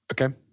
Okay